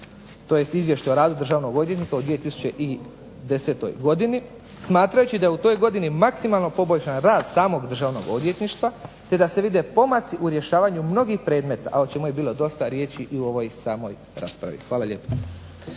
tj. izvješće o radu Državno odvjetništva u 2010.godini smatrajući da u toj godini maksimalno poboljšan rad samog Državno odvjetništva te da se vide pomaci u rješavanju mnogih predmeta, a o čemu je bilo riječi i u ovoj samoj raspravi. Hvala lijepa.